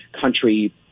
country